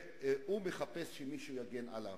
והוא מחפש שמישהו יגן עליו.